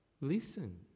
listen